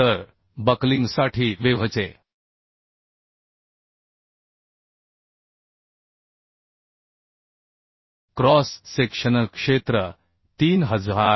तर बकलिंगसाठी वेव्हचे क्रॉस सेक्शनल क्षेत्र 3712